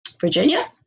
Virginia